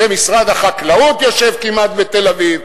ומשרד החקלאות יושב כמעט בתל-אביב,